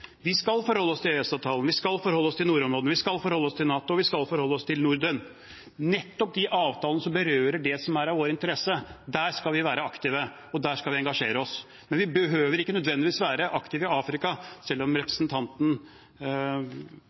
Vi skal forholde oss til EØS-avtalen. Vi skal forholde oss til nordområdene. Vi skal forholde oss til NATO. Vi skal forholde oss til Norden. Nettopp de avtalene som berører det som er i vår interesse – der skal vi være aktive, og der skal vi engasjere oss. Men vi behøver ikke nødvendigvis være aktive i Afrika, selv om representanten